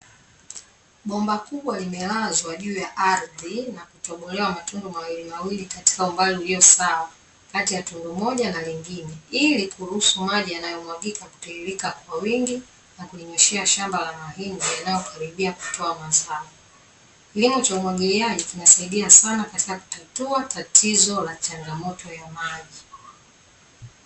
Bomba kubwa limelazwa juu ya ardhi na kutobolewa matundu mawili mawili katika umbali ulio sawa kati ya tundu moja na lingine, ili kuruhusu maji yanayomwagika kutiririka kwa wingi na kulinyweshea shamba la mahindi linalokaribia kutoa mazao. Kilimo cha umwagiliaji kinasaidia sana katika kutatua tatizo la changamoto ya maji.